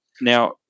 now